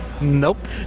Nope